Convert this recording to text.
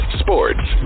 sports